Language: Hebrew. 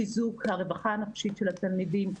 חיזוק הרווחה הנפשית של התלמידים,